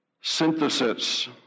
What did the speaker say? synthesis